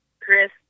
Chris